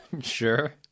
Sure